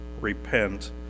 repent